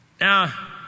Now